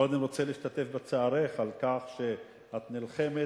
קודם אני רוצה להשתתף בצערך על כך שאת נלחמת,